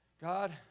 God